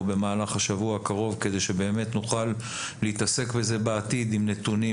או במהלך השבוע הקרוב כדי שבאמת נוכל להתעסק בזה בעתיד עם נתונים,